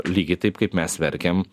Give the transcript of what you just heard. lygiai taip kaip mes verkiam